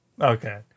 Okay